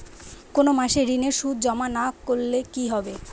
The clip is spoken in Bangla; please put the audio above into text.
কোনো মাসে ঋণের সুদ জমা না করলে কি হবে?